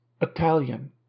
Italian